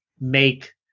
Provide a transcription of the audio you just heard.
make